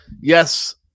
yes